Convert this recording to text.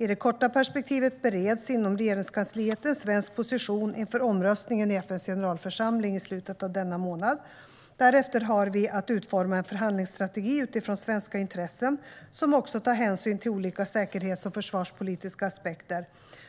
I det korta perspektivet bereds inom Regeringskansliet en svensk position inför omröstningen i FN:s generalförsamling i slutet av denna månad. Därefter har vi att utforma en förhandlingsstrategi utifrån svenska intressen, som också tar hänsyn till olika säkerhets och försvarspolitiska aspekter.